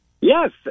Yes